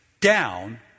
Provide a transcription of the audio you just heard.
down